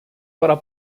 ora